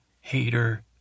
hater